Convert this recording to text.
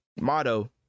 motto